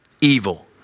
evil